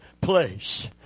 place